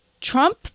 Trump